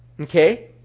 Okay